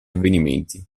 avvenimenti